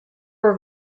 were